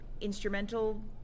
instrumental